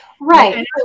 right